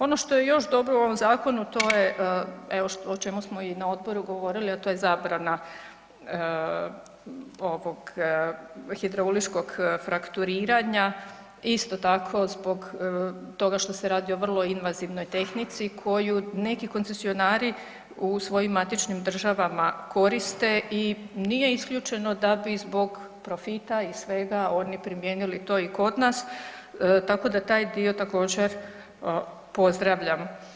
Ono što je još dobro u ovom zakonu, evo o čemu smo i na odboru govorili, a to je zabrana ovog hidrauličkog frakturiranja isto tako zbog toga što se radi o vrlo invazivnoj tehnici koju neki koncesionari u svojim matičnim državama koriste i nije isključeno da bi zbog profita i svega oni primijenili to i kod nas, tako da taj dio također pozdravljam.